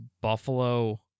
Buffalo